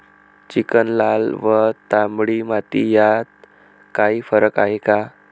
Chicken, लाल व तांबडी माती यात काही फरक आहे का?